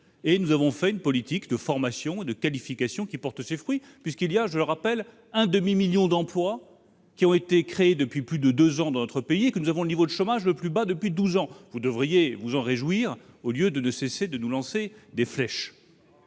et nous avons engagé une politique de formation et de qualification qui porte ses fruits puisque, je le rappelle, un demi-million d'emplois ont été créés dans notre pays en un peu plus de deux ans et que nous connaissons le niveau de chômage le plus bas depuis douze ans. Vous devriez vous en réjouir, au lieu de ne cesser de nous lancer des flèches